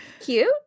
cute